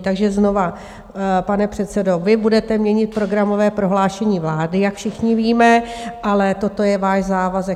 Takže znovu, pane předsedo, vy budete měnit programové prohlášení vlády, jak všichni víme, ale toto je váš závazek.